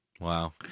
Wow